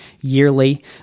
yearly